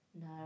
No